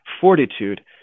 fortitude